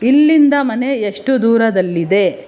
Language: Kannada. ಇಲ್ಲಿಂದ ಮನೆ ಎಷ್ಟು ದೂರದಲ್ಲಿದೆ